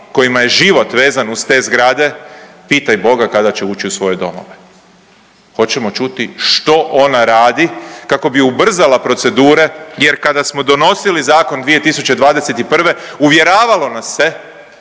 kojima je život vezan uz te zgrade pitaj Boga kada će ući u svoje domove. Hoćemo čuti što ona radi kako bi ubrzala procedure jer kada smo donosili zakon 2021. uvjeravalo nas se